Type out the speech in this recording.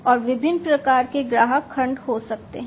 और विभिन्न प्रकार के ग्राहक खंड हो सकते हैं